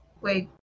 Wait